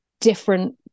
different